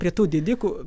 prie tų didikų